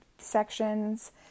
sections